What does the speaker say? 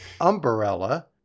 umbrella